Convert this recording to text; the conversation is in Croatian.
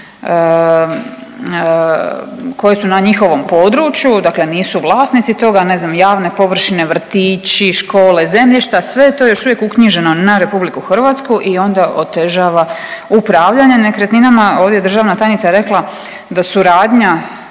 koji su na njihovom području, dakle nisu vlasnici toga. Ne znam javne površine, vrtići, škole, zemljišta, sve je to još uvijek uknjiženo na Republiku Hrvatsku i onda otežava upravljanje nekretninama. Ovdje je državna tajnica rekla da suradnja